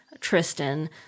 Tristan